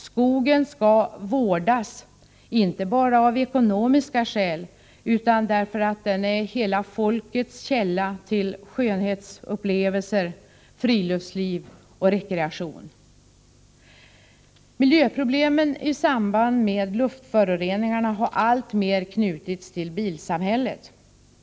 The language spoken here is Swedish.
Skogen skall vårdas, inte bara av ekonomiska skäl, utan därför att den är en hela folkets källa till skönhetsupplevelser, friluftsliv och rekreation. Miljöproblemen i samband med luftföroreningarna har alltmer knutits till bilsamhället.